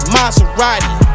Maserati